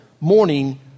morning